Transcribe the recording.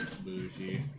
Bougie